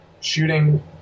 shooting